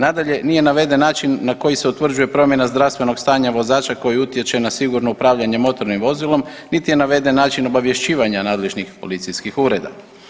Nadalje, nije naveden način na koji se utvrđuje promjena zdravstvenog stanja vozača koji utječe na sigurno upravljanje motornim vozilom, niti je naveden način obavješćivanja nadležnih policijskih ureda.